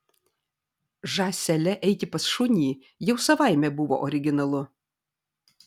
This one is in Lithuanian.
žąsele eiti pas šunį jau savaime buvo originalu